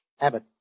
Abbott